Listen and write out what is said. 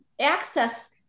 access